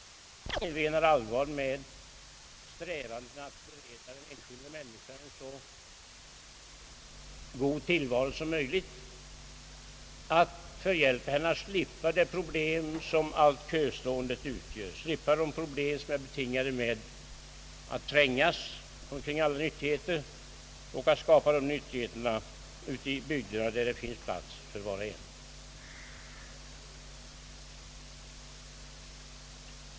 Det måste vara ett samhällsintresse, om man nu menar allvar med strävandena att bereda den enskilda människan en så god tillvaro som möjligt, att förhjälpa henne att slippa det problem som allt köståendet utgör, slippa de problem som är betingade av att trängas omkring alla nyttigheter och att i stället skapa dessa nyttigheter ute i bygderna, där det finns plats för var och en.